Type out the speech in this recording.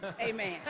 Amen